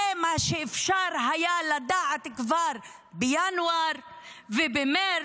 זה מה שאפשר היה לדעת כבר בינואר ובמרץ,